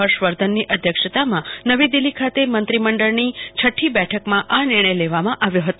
ફર્ષવર્ધનની અધ્યક્ષતામાં નવી દિલ્હી ખાતે મંત્રી મંડળની છઠ્ઠી બેઠકમાં આ નિર્ણય લેવામાં આવ્યો હતો